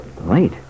Late